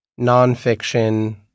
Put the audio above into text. nonfiction